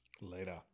Later